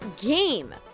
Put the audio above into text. game